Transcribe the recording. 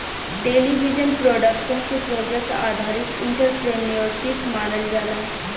television production के project आधारित entrepreneurship मानल जाला